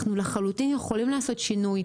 אנחנו לחלוטין יכולים לעשות שינוי.